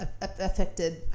affected